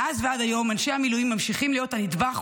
מאז ועד היום אנשי המילואים ממשיכים להיות הנדבך,